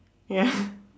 ya